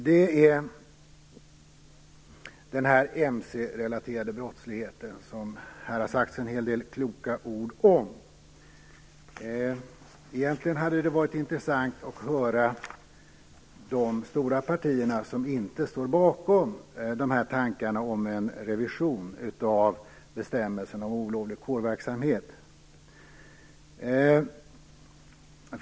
Det gäller den mc-relaterade brottsligheten. Det har sagts en hel del kloka ord om den. Det hade egentligen varit intressant att höra de stora partier som inte står bakom tankarna om en revision av bestämmelserna om olovlig kårverksamhet.